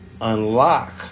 unlock